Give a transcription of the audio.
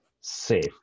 safe